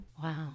Wow